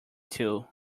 too